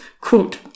quote